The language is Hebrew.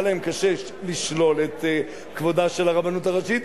היה להם קשה לשלול את כבודה של הרבנות הראשית,